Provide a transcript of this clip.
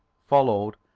followed,